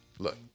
Look